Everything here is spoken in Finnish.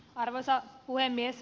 arvoisa puhemies